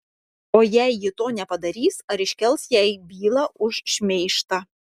o jei ji to nepadarys ar iškels jai bylą už šmeižtą